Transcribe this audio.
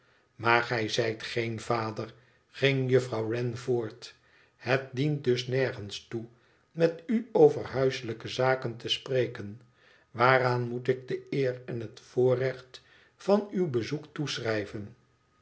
maar gij zijt geen vader ging juffrouw wren voort thet dient dus nergens toe met u over huiselijke zaken te spreken waaraan moet ik de eer en het voorrecht van uw bezoek toeschrijven